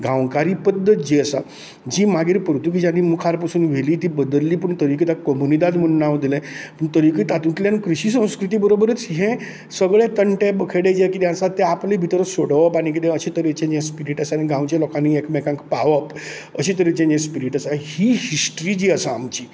गांवकारी पद्धत जी आसा जी मागीर पुर्तुगीजांनी मुखार पासून व्हेली ती बदल्ली पूण तरीकय ताका कोमुनिदाद म्हणुन नाव दिलें पूण तरिकय तातुंतल्यान कृशी संस्कृती बरोबरुच हे सगळें तंटे बखेटे जे कितें आसा तें आपले भितर सोडोवप आनी कितें अशें तरेचें जें स्पिरिट आसा आनी गांवचे लोकांनी एकमेकांक पावप अशे तरेचें जें स्पिरिट आसा ही हिस्ट्री जी आसा आमची